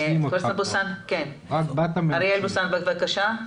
ח"כ אוריאל בוסו בבקשה.